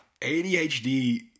ADHD